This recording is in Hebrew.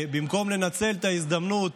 במקום לנצל את ההזדמנות